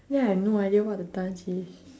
then I've no idea what the dance is